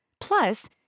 Plus